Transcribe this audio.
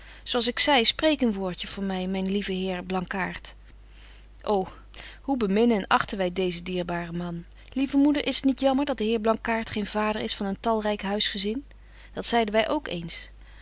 zo als ik zei spreek een woordje voor my myn lieve heer blankaart o hoe beminnen en achten wy deezen dierbaren man lieve moeder is t niet jammer dat de heer blankaart geen vader is van een talryk huisgezin dat zeiden wy ook eens